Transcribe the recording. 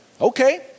Okay